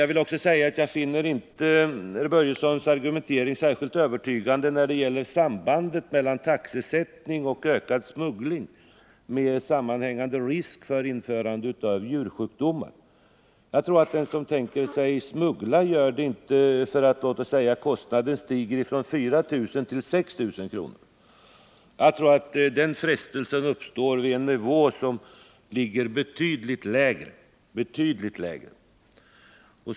Emellertid finner jag inte herr Börjessons argumentering särskilt övertygande när det gäller sambandet mellan taxesättning och ökad smuggling och därmed sammanhängande risk för införande av djursjukdomar. Jag tror inte att den som avser att smuggla gör det därför att kostnaden stiger från 4 000 kr. till 6 000 kr. Den frestelsen uppstår nog på en betydligt lägre nivå.